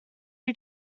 you